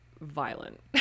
violent